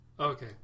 Okay